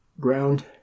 ground